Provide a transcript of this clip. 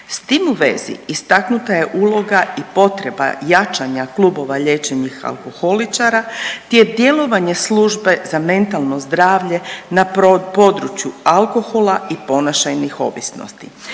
S tim u vezi istaknuta je uloga i potreba jačanja klubova liječenih alkoholičara gdje djelovanje službe za mentalno zdravlje na području alkohola i ponašajnih ovisnosti.